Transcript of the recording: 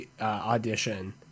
audition